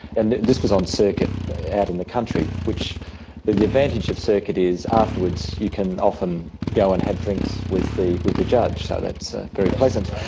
and this was on circuit out in the country, which the advantage of circuit is afterwards you can often go and have drinks with the with the judge, so that's very pleasant.